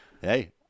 hey